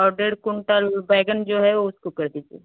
और डेढ़ कुंटल बैंगन जो है उसको कर दीजिए